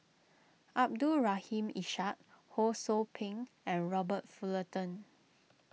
Abdul Rahim Ishak Ho Sou Ping and Robert Fullerton